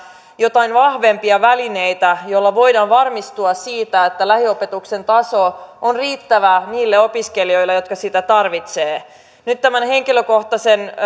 joitain vahvempia välineitä joilla voidaan varmistua siitä että lähiopetuksen taso on riittävä niille opiskelijoille jotka sitä tarvitsevat nyt tämän henkilökohtaisen